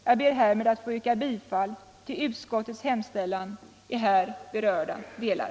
Jag ber härmed att få yrka bifall till utskottets hemställan i här berörda delar.